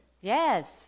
Yes